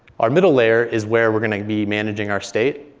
our middle layer is where we're going to be managing our state.